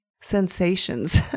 sensations